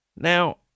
Now